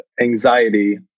anxiety